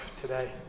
today